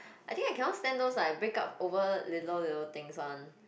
I think I cannot stand those like break up over little little things one